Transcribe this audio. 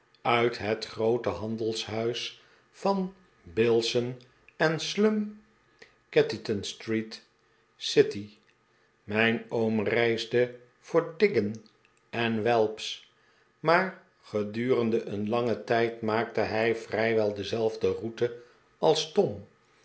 uit het groote handelshuis van bilson en slum cateaton street city mijn oom reisde voor tiggin en welps maar gedurende een langen tijd maakte hij vrijwel dezelfde route als tom